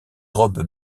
robe